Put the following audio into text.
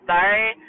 Sorry